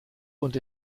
und